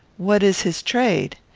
what is his trade?